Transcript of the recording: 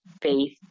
faith